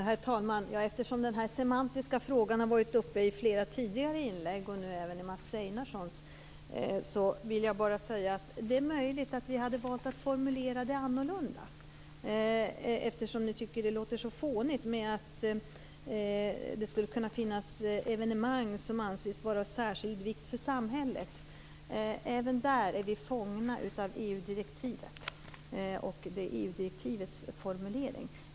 Herr talman! Eftersom den semantiska frågan har varit uppe i flera tidigare inlägg och nu även i Mats Einarssons, vill jag säga att det är möjligt att vi hade valt att formulera det annorlunda. Ni tycker att det låter så fånigt att det skulle kunna finnas evenemang som anses vara av särskild vikt för samhället. Även där är vi fångna av EU-direktivet. Det är EU direktivets formulering.